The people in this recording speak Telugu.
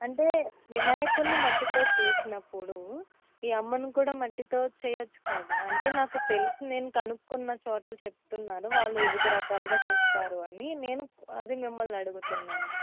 అంటే వినాయకుడిని మట్టితో చేసినప్పుడు ఈ అమ్మని కూడా మట్టితో చేయచ్చు కదా అంటే నాకు తెలిసి నేను కనుక్కున్న చోట్ల చెప్తున్నారు వాళ్ళు వివిధ రకాలుగా చేస్తారు అని నేను అది మిమ్మల్ని అడుగుతున్నాను